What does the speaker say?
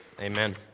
Amen